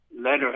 letter